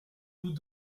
vous